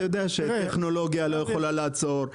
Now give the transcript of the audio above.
אתה יודע שהטכנולוגיה לא יכולה לעצור.